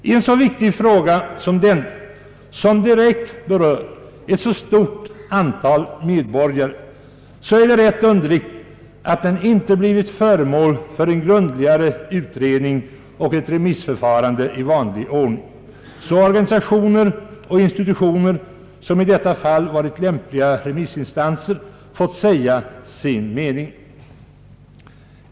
I en så viktig fråga som denna, som direkt berör ett så stort antal medborgare, är det underligt att den inte blivit föremål för en grundligare utredning och ett remissförfarande i vanlig ordning, så att de organisationer och institutioner som i detta fall varit lämpliga remissinstanser fått säga sin mening.